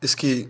इसकी